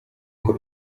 ngo